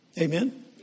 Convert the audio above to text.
Amen